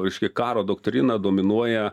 reiškia karo doktrina dominuoja